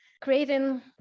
creating